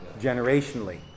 generationally